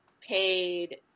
paid